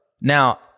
Now